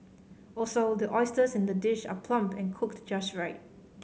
also the oysters in the dish are plump and cooked just right